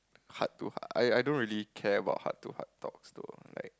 heart to heart I I don't really care about heart to heart talks though like